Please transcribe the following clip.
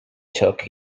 took